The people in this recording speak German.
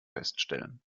feststellen